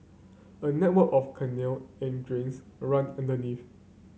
a network of canal and drains run underneath